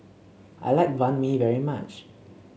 I like Banh Mi very much